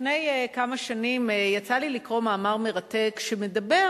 לפני כמה שנים יצא לי לקרוא מאמר מרתק שמדבר